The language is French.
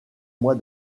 mois